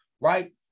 right